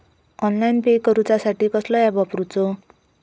Online pay करूचा साठी कसलो ऍप वापरूचो?